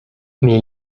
mais